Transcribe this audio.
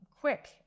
quick